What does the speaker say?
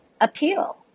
appeal